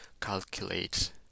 calculate